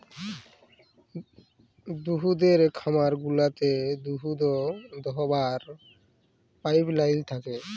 দুহুদের খামার গুলাতে দুহুদ দহাবার পাইপলাইল থ্যাকে